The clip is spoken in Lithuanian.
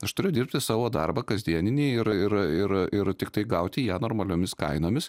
aš turiu dirbti savo darbą kasdieniniai ir ir ir ir tiktai gauti ją normaliomis kainomis